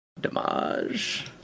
Damage